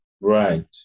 Right